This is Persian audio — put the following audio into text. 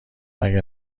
مگه